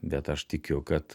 bet aš tikiu kad